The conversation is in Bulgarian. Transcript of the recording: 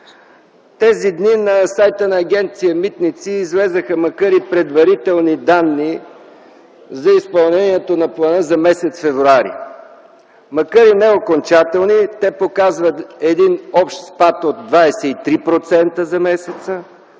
тези дни на сайта на Агенция „Митници” излязоха предварителни данни за изпълнението на плана за м. февруари. Макар и неокончателни, те показват общ спад от 23% на